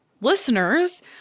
listeners